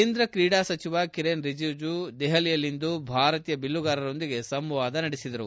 ಕೇಂದ್ರ ಕ್ರೀಡಾ ಸಚಿವ ಕಿರೇನ್ ರಿಜಿಜು ದೆಹಲಿಯಲ್ಲಿಂದು ಭಾರತೀಯ ಬಿಲ್ಲುಗಾರರೊಂದಿಗೆ ಸಂವಾದ ನಡೆಸಿದರು